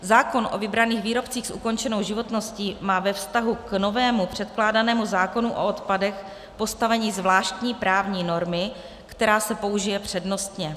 Zákon o vybraných výrobcích s ukončenou životností má ve vztahu k novému předkládanému zákonu o odpadech postavení zvláštní právní normy, která se použije přednostně.